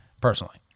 personally